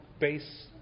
base